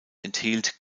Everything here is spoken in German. enthielt